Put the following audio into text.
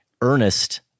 Ernest